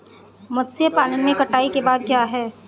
मत्स्य पालन में कटाई के बाद क्या है?